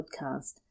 podcast